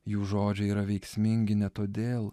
jų žodžiai yra veiksmingi ne todėl